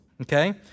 Okay